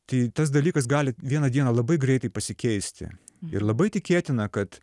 tai tas dalykas gali vieną dieną labai greitai pasikeisti ir labai tikėtina kad